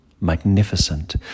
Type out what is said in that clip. magnificent